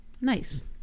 Nice